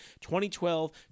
2012